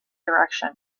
direction